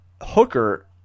hooker